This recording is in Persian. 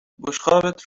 بشقابت